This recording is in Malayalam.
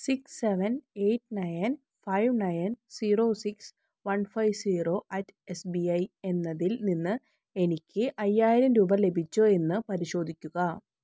six seven eight nine five nine zero six one five zero at S B I എന്നതിൽ നിന്ന് എനിക്ക് അയ്യായിരം രൂപ ലഭിച്ചോ എന്ന് പരിശോധിക്കുക